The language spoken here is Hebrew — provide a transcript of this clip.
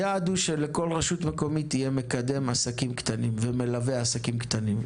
היעד הוא שלכל רשות מקומית יהיה מקדם עסקים קטנים ומלווה עסקים קטנים.